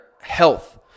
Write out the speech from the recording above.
Health